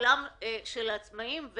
העולם של העצמאים.